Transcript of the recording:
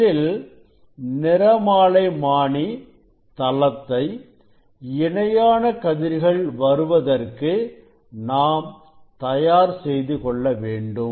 முதலில் நிறமாலைமானி தளத்தை இணையான கதிர்கள் வருவதற்காக நாம் தயார் செய்து கொள்ளவேண்டும்